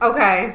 Okay